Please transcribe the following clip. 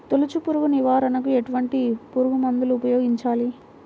తొలుచు పురుగు నివారణకు ఎటువంటి పురుగుమందులు ఉపయోగించాలి?